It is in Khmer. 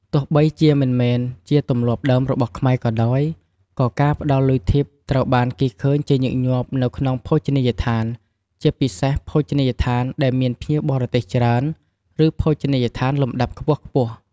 ទោះបីជាមិនមែនជាទម្លាប់ដើមរបស់ខ្មែរក៏ដោយ ក៏ការផ្ដល់លុយធីបត្រូវបានគេឃើញជាញឹកញាប់នៅក្នុងភោជនីយដ្ឋាន ជាពិសេសភោជនីយដ្ឋានដែលមានភ្ញៀវបរទេសច្រើន ឬភោជនីយដ្ឋានលំដាប់ខ្ពស់ៗ។